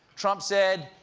trump said,